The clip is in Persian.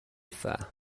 فهمه